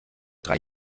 drei